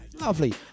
lovely